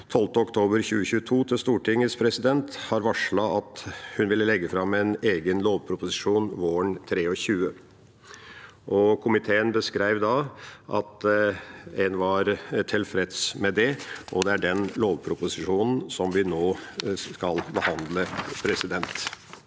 12. oktober 2022 til Stortinget har varslet at hun vil legge fram en egen lovproposisjon våren 2023. Komiteen beskrev da at en var tilfreds med det, og det er den lovproposisjonen vi nå skal behandle. Det